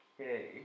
Okay